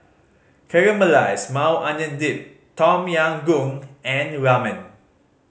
Caramelized Maui Onion Dip Tom Yam Goong and Ramen